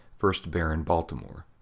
first baron baltimore.